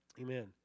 Amen